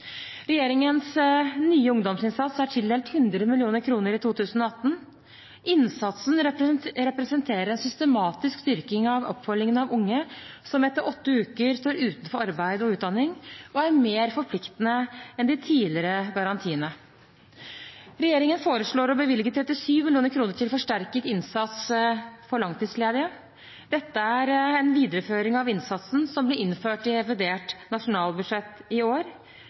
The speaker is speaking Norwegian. Regjeringens nye ungdomsinnsats er tildelt 100 mill. kr i 2018. Innsatsen representerer en systematisk styrking av oppfølgingen av unge som etter åtte uker står utenfor arbeid og utdanning, og er mer forpliktende enn de tidligere garantiene. Regjeringen foreslår å bevilge 37 mill. kr til forsterket innsats for langtidsledige. Dette er en videreføring av innsatsen som ble innført i revidert nasjonalbudsjett i år.